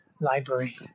library